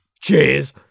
Cheers